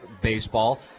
baseball